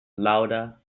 lauda